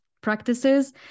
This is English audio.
practices